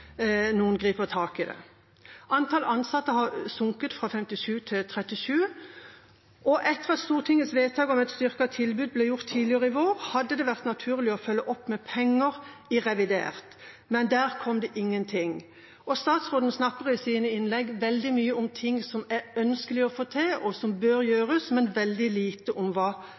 noen griper tak i det. Antall ansatte har sunket fra 57 til 37, og etter Stortingets vedtak om et styrket tilbud, som ble gjort tidligere i vår, hadde det vært naturlig å følge opp med penger i revidert, men der kom det ingenting. Statsråden snakker i sine innlegg veldig mye om ting som er ønskelig å få til, og som bør gjøres, men veldig lite om hva